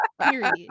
period